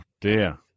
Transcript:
dear